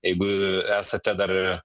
jeigu esate dar